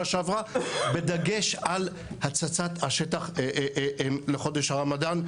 שעברה בדגש על התססת השטח לחודש הרמדאן.